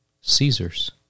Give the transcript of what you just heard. Caesar's